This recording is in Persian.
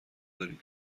داریم